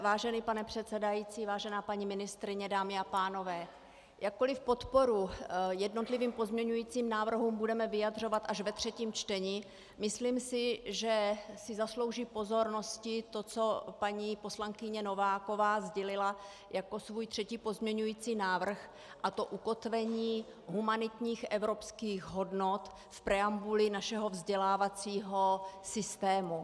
Vážený pane předsedající, vážená paní ministryně, dámy a pánové, jakkoli podporu jednotlivým pozměňujícím návrhům budeme vyjadřovat až ve třetím čtení, myslím si, že si zaslouží pozornosti to, co paní poslankyně Nováková sdělila jako svůj třetí pozměňující návrh, a to ukotvení humanitních evropských hodnot v preambuli našeho vzdělávacího systému.